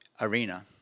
arena